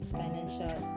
financial